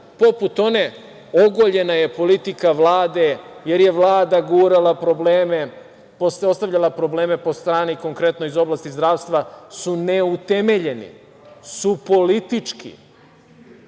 poput one – ogoljena je politika Vlade jer je Vlada gurala probleme, ostavljala probleme po strani, konkretno iz oblasti zdravstva, su neutemeljeni, su politički